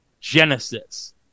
Genesis